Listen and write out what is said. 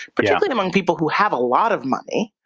particularly among people who have a lot of money,